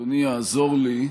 אדוני יעזור לי,